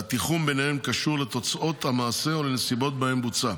והתיחום ביניהם קשור לתוצאות המעשה או לנסיבות שבהן בוצע.